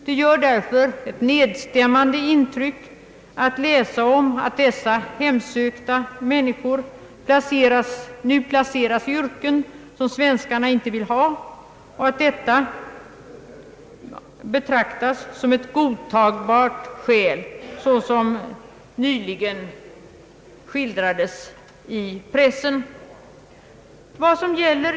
Det gör därför ett nedstämmande intryck att läsa om hur dessa hemsökta människor nu placeras i yrken som svenskarna inte vill ha, och att detta framföres som ett godtagbart skäl vilket nyligen skedde i en tidningsintervju.